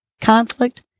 conflict